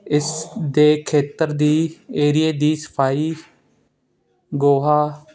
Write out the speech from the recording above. ਇਸ ਦੇ ਖੇਤਰ ਦੀ ਏਰੀਏ ਦੀ ਸਫਾਈ ਗੋਹਾ